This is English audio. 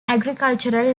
agricultural